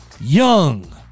Young